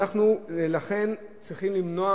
ולכן אנחנו צריכים למנוע